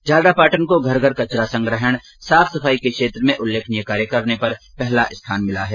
झालरापाटन को घर घर कचरा संग्रहण साफ सफाई के क्षेत्र में उल्लेखनीय कार्य करने पर पहला स्थान प्राप्त हुआ है